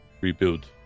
rebuild